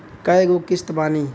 कय गो किस्त बानी?